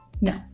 No